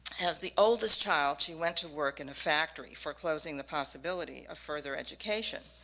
as the oldest child she went to work in a factory foreclosing the possibility of further education.